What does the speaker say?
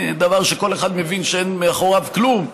דבר שכל אחד מבין שאין מאחוריו כלום,